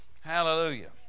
hallelujah